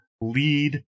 lead